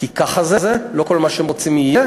כי ככה זה, לא כל מה שהם רוצים יהיה.